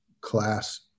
class